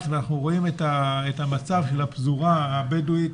ואנחנו רואים את המצב של הפזורה הבדואית,